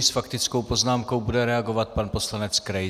S faktickou poznámkou bude reagovat pan poslanec Krejza.